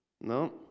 No